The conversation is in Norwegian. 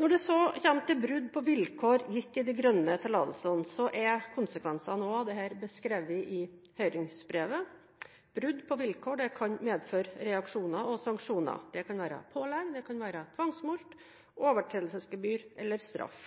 Når det gjelder brudd på vilkår gitt i de grønne tillatelsene, er konsekvensene også av dette beskrevet i høringsbrevet. Brudd på vilkår kan medføre reaksjoner og sanksjoner. Det kan være pålegg, tvangsmulkt, overtredelsesgebyr eller straff.